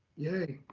yay.